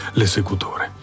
l'esecutore